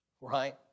right